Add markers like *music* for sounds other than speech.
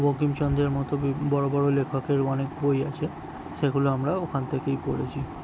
বঙ্কিমচন্দ্রের মতো *unintelligible* বড় বড় লেখকের অনেক বই আছে সেগুলো আমরা ওখান থেকেই পড়েছি